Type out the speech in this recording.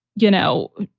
you know,